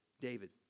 David